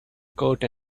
coat